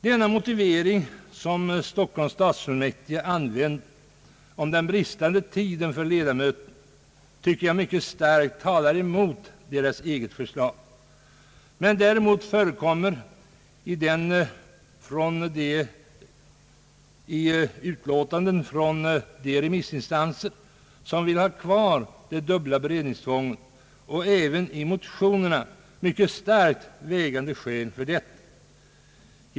Den motivering om bristande tid för ledamöterna som Stockholms stadsfullmäktige för fram, anser jag mycket starkt talar emot deras eget förslag. Däremot förekommer i utlåtanden från de remissinstanser som vill ha kvar den dubbla beredningsgången, liksom även i motionerna, mycket starkt vägande skäl därför.